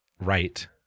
right